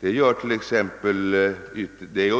Det är